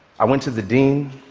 i went to the dean.